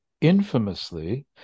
infamously